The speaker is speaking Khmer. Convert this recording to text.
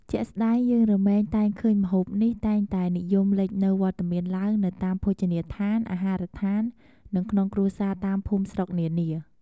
ជាក់ស្តែងយើងរមែងតែងឃើញម្ហូបនេះ តែងតែនិយមលេចនូវវត្តមានឡើងនៅតាមភោជនីយដ្ឋាន អាហារដ្ឋាន និងក្នុងគ្រួសារតាមភូមិស្រុកនានា។